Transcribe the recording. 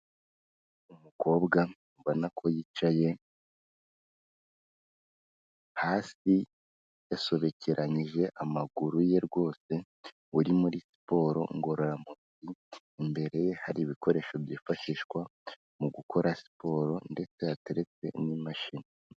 Umukobwa mbona ko yicaye hasi yasobekeranyiyije amaguru ye rwose uri muri siporo ngororamubiri, imbere hari ibikoresho byifashishwa mu gukora siporo ndetse yateretse n'imashini.